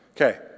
Okay